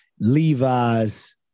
Levi's